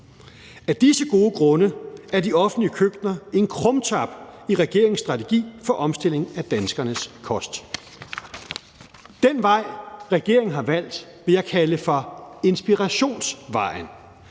Af disse gode grunde er de offentlige køkkener en krumtap i regeringens strategi for omstilling af danskernes kost. Den vej, regeringen har valgt, vil jeg kalde for inspirationsvejen.